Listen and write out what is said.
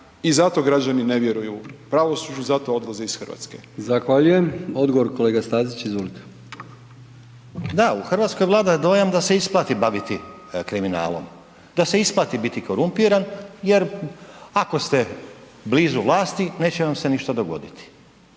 i zato građani ne vjeruju pravosuđu, zato odlaze iz Hrvatske. **Brkić, Milijan (HDZ)** Zahvaljujem. Odgovor kolega Stazić, izvolite. **Stazić, Nenad (SDP)** Da, u Hrvatskoj vlada dojam da se isplati bavi kriminalom, da se isplati biti korumpiran jer ako ste blizu vlasti neće vam se ništa dogoditi.